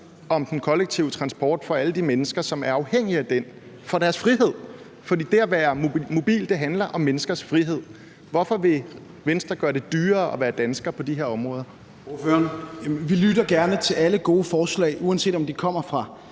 den kollektive transport og alle de mennesker, som er afhængige af den for at kunne bevare deres frihed? For det at være mobil handler om menneskers frihed. Hvorfor vil Venstre gøre det dyrere at være dansker på de områder? Kl. 10:28 Formanden (Søren Gade): Ordføreren.